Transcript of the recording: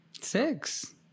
Six